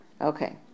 Okay